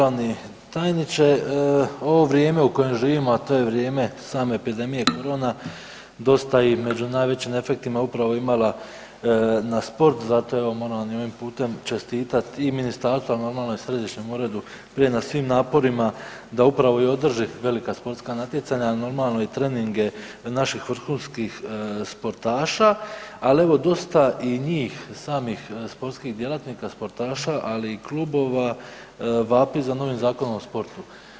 Poštovani državni tajniče ovo vrijeme u kojem živimo, a to je vrijeme same epidemije korona dosta je i među najvećim efektima upravo imala na sport, zato evo moram vam i ovim putem čestitati i ministarstvu, a normalno i središnjem uredu prije na svim naporima da upravo i održi velika sportska natjecanja, a normalno i treninge naših vrhunskih sportaša, ali evo dosta i njih samih sportskih djelatnika, sportaša ali i klubova vapi za novim Zakonom o sportu.